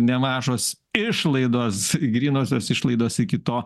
nemažos išlaidos grynosios išlaidos iki to